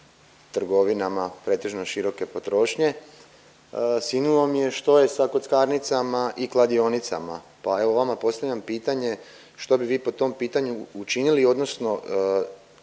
sinulo mi je što je sa kockarnicama i kladionicama. Pa evo vama postavljam pitanje što bi vi po tom pitanju učinili odnosno